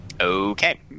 Okay